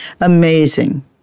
Amazing